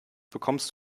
bekommst